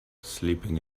sleeping